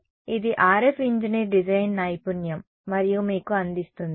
కాబట్టి ఇది RF engineer design నైపుణ్యం మరియు మీకు అందిస్తుంది